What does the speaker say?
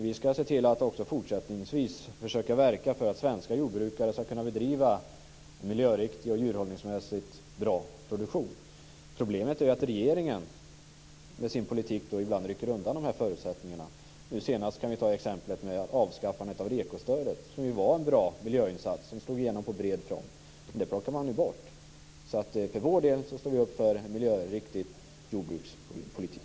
Vi ska se till att också fortsättningsvis försöka verka för att svenska jordbrukare ska kunna bedriva en miljöriktig och djurhållningsmässigt bra produktion. Problemet är att regeringen ibland rycker undan de här förutsättningarna med sin politik. Vi kan ta det senaste exemplet med avskaffande av REKO-stödet. Det var en bra miljöinsats som slog igenom på bred front. Men det plockade man bort. Vi för vår del står upp för en miljöriktig jordbrukspolitik.